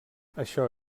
això